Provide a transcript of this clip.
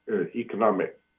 economic